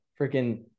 freaking